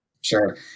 sure